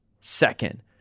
Second